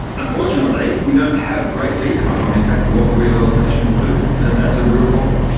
unfortunately we don't have great detail on exactly what the rehabilitation will do, and that's a real problem.